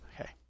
Okay